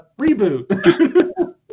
Reboot